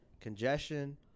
congestion